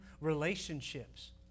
relationships